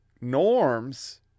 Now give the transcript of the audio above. norms